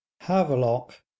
havelock